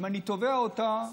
אם אני תובע אותה,